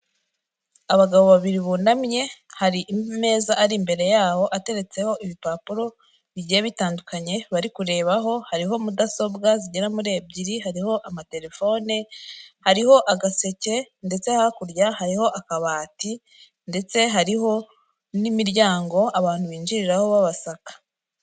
Abagabo babiri bunamye, hari imeza ari imbere yaho ateretseho ibipapuro bigiye bitandukanye bari kurebaho. Hariho mudasobwa zigera muri ebyiri, hariho amatelefone, hariho agaseke. Ndetse hakurya hariho akabati, ndetse hariho n'imiryango abantu binjiriraho babasaka.